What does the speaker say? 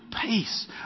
peace